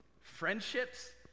Friendships